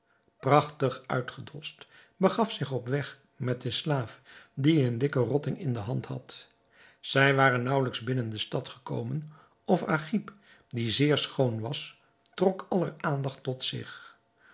prachtig uitgedost begaf zich op weg met den slaaf die een dikken rotting in de hand had zij waren naauwelijks binnen de stad gekomen of agib die zeer schoon was trok aller aandacht tot zich